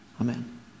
amen